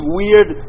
weird